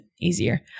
easier